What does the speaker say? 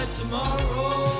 tomorrow